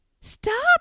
Stop